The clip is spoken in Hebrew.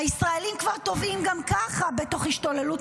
הישראלים כבר טובעים גם ככה בתוך השתוללות